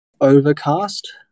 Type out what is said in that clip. Overcast